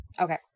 okay